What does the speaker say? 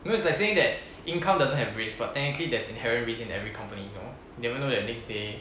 because they are saying that income doesn't have risk but technically there's inherent risk in every company you know you'll never know that next day